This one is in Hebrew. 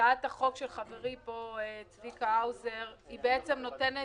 הצעת החוק של חברי צביקה האוזר בעצם נותנת